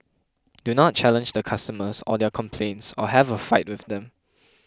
do not challenge the customers or their complaints or have a fight with them